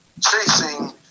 chasing